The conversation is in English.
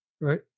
Right